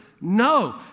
No